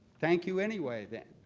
thank you anyway then,